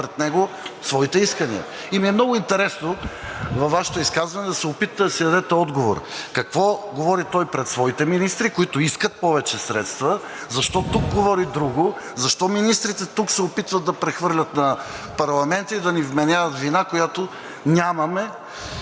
ми е интересно във Вашето изказване да се опитате да си дадете отговор – какво говори той пред своите министри, които искат повече средства, защо тук говори друго? Защо министрите тук се опитват да прехвърлят на парламента и да ни вменяват вина, която нямаме?